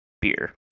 beer